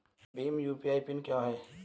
Bhim UPI PIN क्या है?